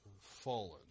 fallen